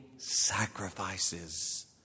sacrifices